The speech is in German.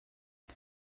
bei